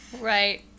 right